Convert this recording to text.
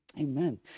Amen